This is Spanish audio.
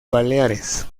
baleares